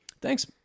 thanks